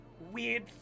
weird